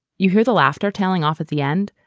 you hear the laughter trailing off at the end.